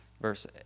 verse